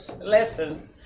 lessons